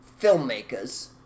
filmmakers